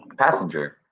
passenger.